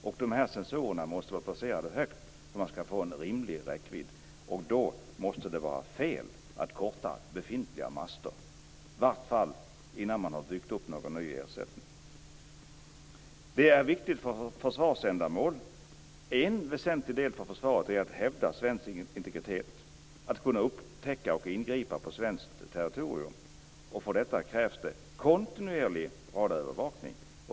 De måste vara placerade högt för att man skall få en rimlig räckvidd. Då måste det vara fel att korta befintliga master, i vart fall innan man har byggt upp någon ny ersättning. Detta är viktigt för försvarsändamål. En väsentlig del för försvaret är att hävda svensk integritet, att kunna upptäcka och ingripa på svenskt territorium. För detta krävs det kontinuerlig radarövervakning.